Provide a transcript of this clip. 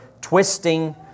twisting